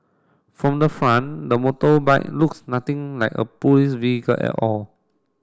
from the front the motorbike looks nothing like a police vehicle at all